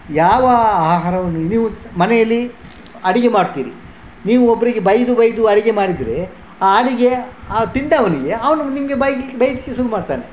ಯಾವ ಆಹಾರವನ್ನು ನೀವು ಮನೆಯಲ್ಲಿ ಅಡುಗೆ ಮಾಡ್ತೀರಿ ನೀವು ಒಬ್ಬರಿಗೆ ಬೈದು ಬೈದು ಅಡುಗೆ ಮಾಡಿದರೆ ಆ ಅಡುಗೆಯ ಆ ತಿಂದವನಿಗೆ ಅವನು ನಿಮಗೆ ಬೈಲಿಕ್ಕೆ ಬೈಲಿಕ್ಕೆ ಶುರು ಮಾಡ್ತಾನೆ